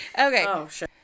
Okay